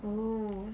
oo